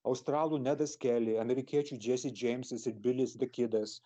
australų nedas keli amerikiečių džesi džeimsas ir bilis dakidas